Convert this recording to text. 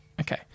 Okay